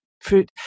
fruit